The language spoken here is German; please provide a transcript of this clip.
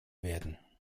werden